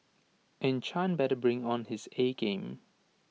and chan better bring on his A game